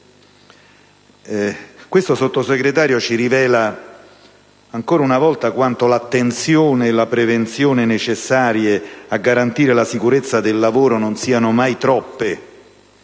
signor Sottosegretario, ci rivela ancora una volta quanto l'attenzione e la prevenzione necessarie a garantire la sicurezza del lavoro non siano mai troppe,